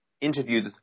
interviewed